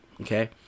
okay